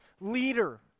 leader